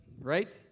right